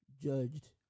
judged